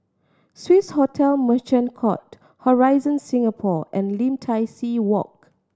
Swiss Hotel Merchant Court Horizon Singapore and Lim Tai See Walk